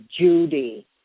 Judy